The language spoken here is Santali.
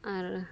ᱟᱨ